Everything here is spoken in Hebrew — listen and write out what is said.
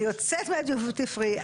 אני יוצאת מהדיוטי פרי,